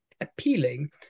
appealing